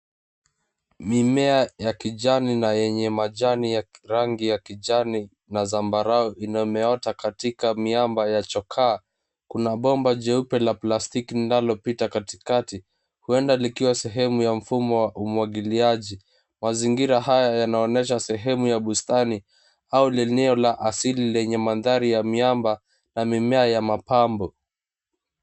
Mimea ya kijani na yenye majani ya rangi ya kijani na zambarau imeota katika miamba ya chokaa. Kuna bomba jeupe la plastiki linalopita katikati; huenda likiwa sehemu ya mfumo wa umwagiliaji. Mazingira haya yanaonyesha sehemu ya bustani au eneo la asili lenye mandhari ya miamba na mimea ya mapambo.